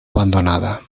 abandonada